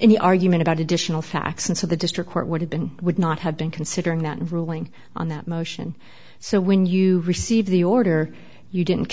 any argument about additional facts and so the district court would have been would not have been considering that ruling on that motion so when you received the order you didn't